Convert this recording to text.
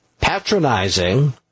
patronizing